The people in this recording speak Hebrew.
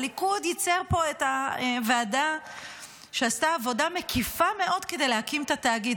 הליכוד ייצר פה את הוועדה שעשתה עבודה מקיפה מאוד כדי להקים את התאגיד.